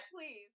please